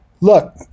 look